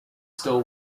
still